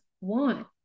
want